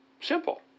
simple